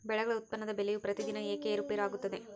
ಬೆಳೆಗಳ ಉತ್ಪನ್ನದ ಬೆಲೆಯು ಪ್ರತಿದಿನ ಏಕೆ ಏರುಪೇರು ಆಗುತ್ತದೆ?